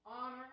Honor